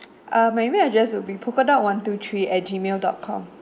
uh my email address will be polka dot one two three at gmail dot com